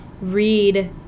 read